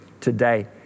today